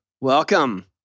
Welcome